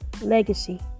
legacy